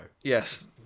yes